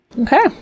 Okay